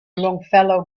longfellow